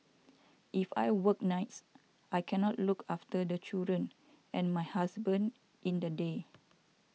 if I work nights I cannot look after the children and my husband in the day